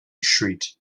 street